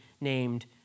named